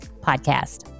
podcast